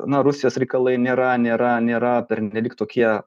na rusijos reikalai nėra nėra nėra pernelyg tokie